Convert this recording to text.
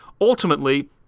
Ultimately